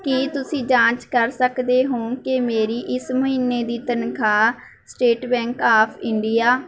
ਕੀ ਤੁਸੀਂ ਜਾਂਚ ਕਰ ਸਕਦੇ ਹੋ ਕਿ ਮੇਰੀ ਇਸ ਮਹੀਨੇ ਦੀ ਤਨਖਾਹ ਸਟੇਟ ਬੈਂਕ ਆਫ ਇੰਡੀਆ